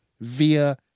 via